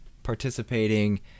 participating